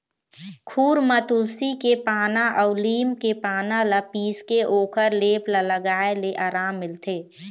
खुर म तुलसी के पाना अउ लीम के पाना ल पीसके ओखर लेप ल लगाए ले अराम मिलथे